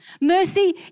Mercy